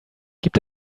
gibt